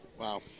Wow